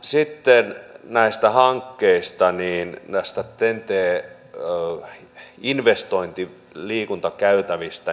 sitten näistä hankkeista näistä ten t investointiliikuntakäytävistä